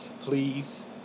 Please